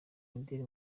imideri